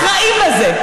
אחראים לזה.